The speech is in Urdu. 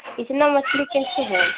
اتنا مچھلی کیسے جائے